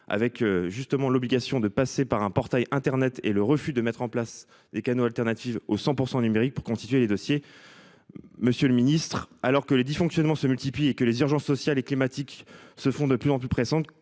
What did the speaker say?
avec justement l'obligation de passer par un portail Internet et le refus de mettre en place des canaux alternative au 100% numérique pour constituer les dossiers. Monsieur le Ministre, alors que les dysfonctionnements se multiplient et que les urgences sociales et climatiques se font de plus en plus pressante,